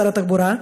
שר התחבורה,